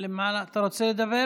אתה רוצה לדבר?